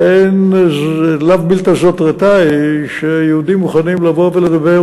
לאו מילתא זוטרתא שיהודים מוכנים לבוא ולדבר,